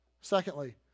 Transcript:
Secondly